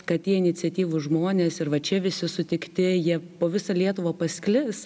kad tie iniciatyvūs žmonės ir va čia visi sutikti jie po visą lietuvą pasklis